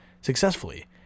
Successfully